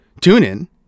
TuneIn